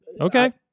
Okay